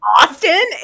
Austin